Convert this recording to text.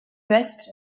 ouest